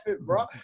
bro